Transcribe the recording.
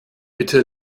bitte